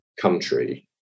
country